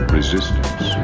Resistance